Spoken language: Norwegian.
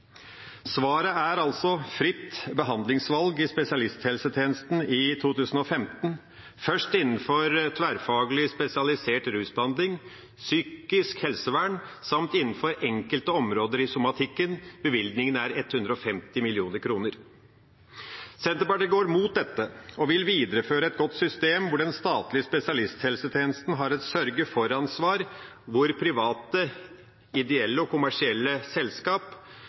Svaret er altså fritt behandlingsvalg i spesialisthelsetjenesten i 2015, først innenfor tverrfaglig spesialisert rusbehandling, psykisk helsevern samt innenfor enkelte områder i somatikken – bevilgningen er på 150 mill. kr. Senterpartiet går imot dette og vil videreføre et godt system hvor den statlige spesialisthelsetjenesten har et sørge-for-ansvar, hvor private ideelle og kommersielle selskap